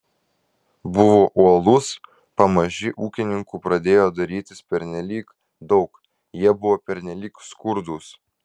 buvo uolus pamaži ūkininkų pradėjo darytis pernelyg daug jie buvo pernelyg skurdūs